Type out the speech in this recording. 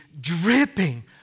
dripping